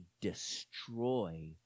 destroy